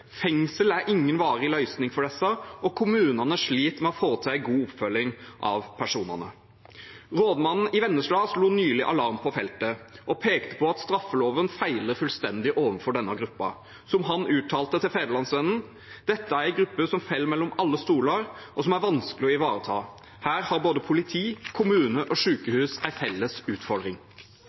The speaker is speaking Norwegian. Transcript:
fengsel er ingen varig løsning for disse, og kommunene sliter med å få til en god oppfølging av personene. Rådmannen i Vennesla slo nylig alarm på feltet og pekte på at straffeloven feiler fullstendig overfor denne gruppen. Han uttalte til Fædrelandsvennen: «Dette er en gruppe som faller mellom alle stoler, og som er vanskelig å ivareta. Her har både politi, kommune og sykehus en felles utfordring.»